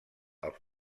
als